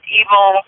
evil